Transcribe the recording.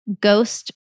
ghost